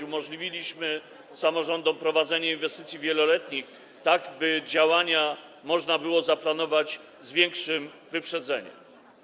Umożliwiliśmy samorządom prowadzenie inwestycji wieloletnich, tak aby działania można było zaplanować z większym wyprzedzeniem.